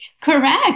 Correct